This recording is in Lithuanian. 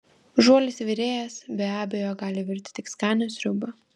žuolis virėjas be abejo gali virti tik skanią sriubą